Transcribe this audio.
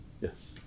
Yes